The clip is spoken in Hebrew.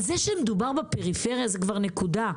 זה שמדובר בפריפריה זאת נקודה.